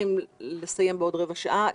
צריכים לסיים בעוד רבע שעה.